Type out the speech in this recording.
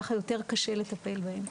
ככה יותר קשה לטפל בהם,